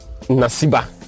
Nasiba